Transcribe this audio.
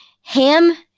Ham